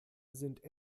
sind